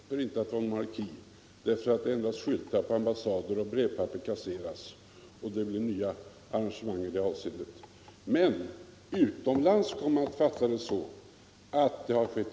Herr talman! Nej, herr justitieminister, Sverige upphör inte att vara en monarki endast därför att brevpapper och skyltarna på våra ambassader kasseras och det införs nya arrangemang i det avseendet. Men utomlands kommer man att fatta det så att en ändring har skett.